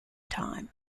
time